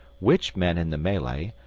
which men in the melee,